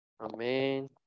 Amen